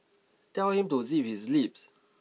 tell him to zip his lips